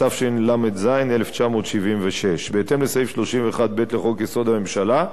התשל"ז 1976. בהתאם לסעיף 31(ב) לחוק-יסוד: הממשלה,